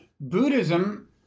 Buddhism